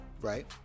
Right